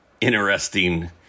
interesting